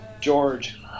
George